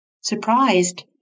Surprised